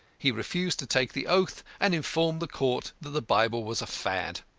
he refused to take the oath, and informed the court that the bible was a fad.